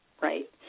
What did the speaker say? right